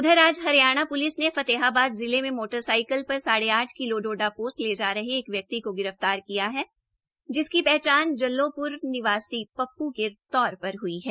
उधर आज हरियाणा प्लिस ने फतेहाबाद जिले मे मोटरसाइकल पर साढ़े आठ किलो डोडा पोस्त ले जा रहे एक व्यक्ति को गिरफ्तार किया है जिसकी पहचान ज्ल्लोप्र निवासी पप्प् के तौर पर हुई है